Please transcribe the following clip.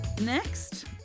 Next